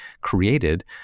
created